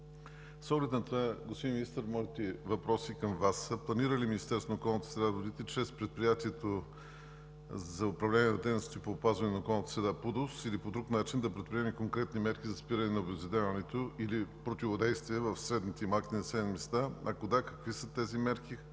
С оглед на това, господин Министър, моите въпроси към Вас са: планира ли Министерството на околната среда и водите чрез Предприятието за управление на дейности по опазване на околната среда (ПУДООС) или по друг начин да предприеме конкретни мерки за спиране на обезлюдяването или противодействието му в средните и малките населени места? Ако да, какви са тези мерки